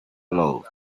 laws